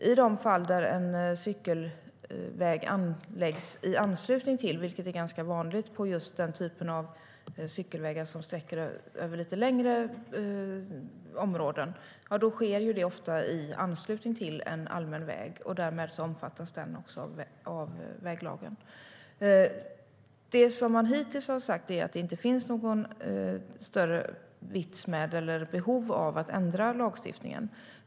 I de fall där cykelvägar anläggs i anslutning till cykelvägar som sträcker sig över längre områden, vilket är vanligt, sker det ofta i anslutning till en allmän väg. Därmed omfattas den av väglagen. Det som man hittills har sagt är att det inte finns någon större vits med eller behov av att ändra lagstiftningen.